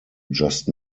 just